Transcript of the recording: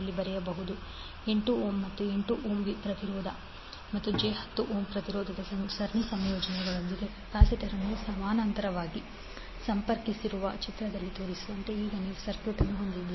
8 ohm ಮತ್ತು 8 ohm ಪ್ರತಿರೋಧ ಮತ್ತು j10 ಓಮ್ ಪ್ರತಿರೋಧದ ಸರಣಿ ಸಂಯೋಜನೆಯೊಂದಿಗೆ ಕೆಪಾಸಿಟರ್ ಅನ್ನು ಸಮಾನಾಂತರವಾಗಿ ಸಂಪರ್ಕಿಸಿರುವ ಚಿತ್ರದಲ್ಲಿ ತೋರಿಸಿರುವಂತೆ ಈಗ ನೀವು ಸರ್ಕ್ಯೂಟ್ ಅನ್ನು ಹೊಂದಿದ್ದೀರಿ